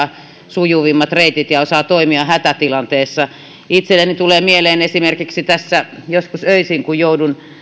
sujuvimmat reitit ja osaa toimia hätätilanteessa itselleni tulee mieleen esimerkiksi tässä joskus öisin kun joudun